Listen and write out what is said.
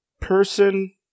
person